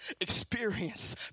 experience